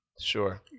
sure